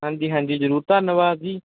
ਹਾਂਜੀ ਹਾਂਜੀ ਜ਼ਰੂਰ ਧੰਨਵਾਦ ਜੀ